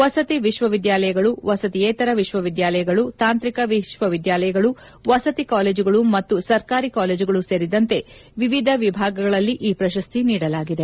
ವಸತಿ ವಿಶ್ವವಿದ್ದಾಲಯಗಳು ವಸತಿಯೇತರ ವಿಶ್ವವಿದ್ಯಾಲಯಗಳು ತಾಂತ್ರಿಕ ವಿಶ್ವವಿದ್ಯಾಲಯಗಳು ವಸತಿ ಕಾಲೇಜುಗಳು ಮತ್ತು ಸರ್ಕಾರಿ ಕಾಲೇಜುಗಳು ಸೇರಿದಂತೆ ವಿವಿಧ ವಿಭಾಗಗಳಲ್ಲಿ ಈ ಪ್ರಶಸ್ತಿ ನೀಡಲಾಗಿದೆ